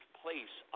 place